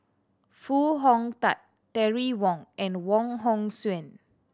Foo Hong Tatt Terry Wong and Wong Hong Suen